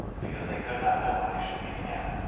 because they could not know when they should meet again.